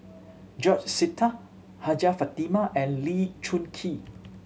George Sita Hajjah Fatimah and Lee Choon Kee